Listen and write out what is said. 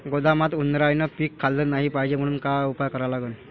गोदामात उंदरायनं पीक खाल्लं नाही पायजे म्हनून का उपाय करा लागन?